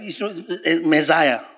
Messiah